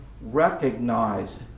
recognize